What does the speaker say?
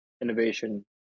innovation